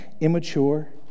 immature